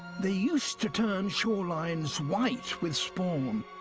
they used to turn shorelines white with spawn,